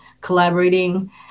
collaborating